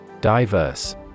Diverse